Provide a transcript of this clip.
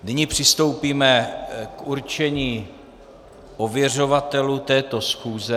Nyní přistoupíme k určení ověřovatelů této schůze.